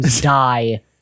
die